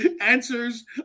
answers